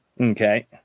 Okay